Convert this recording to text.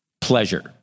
pleasure